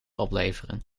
opleveren